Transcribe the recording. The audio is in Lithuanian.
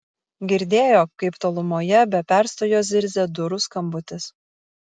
girdėjo kaip tolumoje be perstojo zirzia durų skambutis